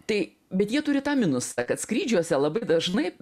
tai bet jie turi tą minusą kad skrydžiuose labai dažnai